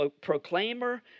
proclaimer